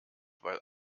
weil